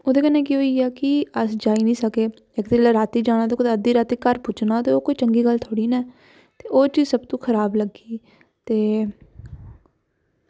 ते ओह्दे कन्नै केह् होई गेआ कि अस जाई निं सकदे इक ते रातीं जाना ते अद्धी रातीं घर पुज्जना ते एह् कोई चंगी गल्ल थोह्ड़ी ना ऐ ते एह् चीज सब तू खराब लग्गी ते